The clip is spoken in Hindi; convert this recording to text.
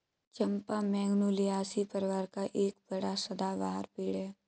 चंपा मैगनोलियासी परिवार का एक बड़ा सदाबहार पेड़ है